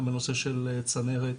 גם בנושא של צנרת,